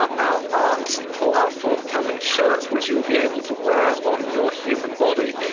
um our art, for our forthcoming shirt, which you'll be able to wear on your human body,